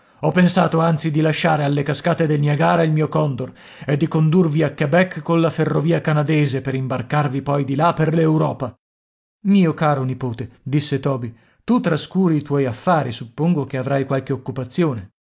ho pensato anzi di lasciare alle cascate del niagara il mio condor e di condurvi a quebec colla ferrovia canadese per imbarcarvi poi di là per l'europa mio caro nipote disse toby tu trascuri i tuoi affari suppongo che avrai qualche occupazione